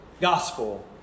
gospel